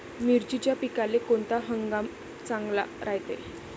मिर्चीच्या पिकाले कोनता हंगाम चांगला रायते?